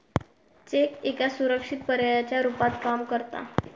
check एका सुरक्षित पर्यायाच्या रुपात काम करता